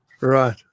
right